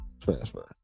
transfer